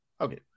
okay